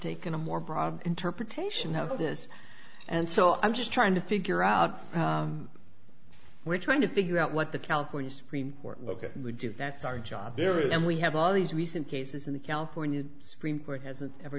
taken a more broad interpretation of this and so i'm just trying to figure out how we're trying to figure out what the california supreme court look at and we do that's our job there and we have all these recent cases in the california supreme court hasn't ever